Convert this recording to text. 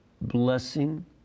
blessing